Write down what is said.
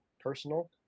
personal